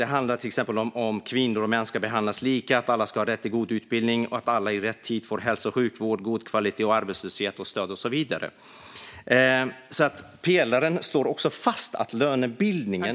Det handlar till exempel om att kvinnor och män ska behandlas lika, att alla ska ha rätt till god utbildning och att alla får hälso och sjukvård i rätt tid av god kvalitet, arbetslöshetsunderstöd och så vidare. Pelaren slår också fast att lönebildningen .